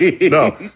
No